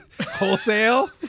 wholesale